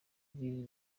rw’i